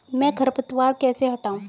मैं खरपतवार कैसे हटाऊं?